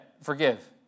forgive